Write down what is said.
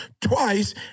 twice